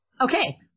Okay